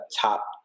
top